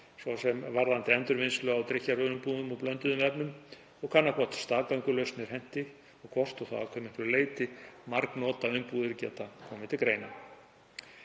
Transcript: svo sem varðandi endurvinnslu á drykkjarvöruumbúðum úr blönduðum efnum, og að kanna hvort staðgöngulausnir henti og hvort, og þá að hve miklu leyti, margnota umbúðir geti komið til greina.